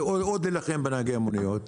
עוד להילחם בנהגי המוניות?